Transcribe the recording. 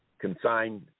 consigned